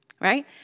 right